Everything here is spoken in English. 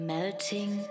Melting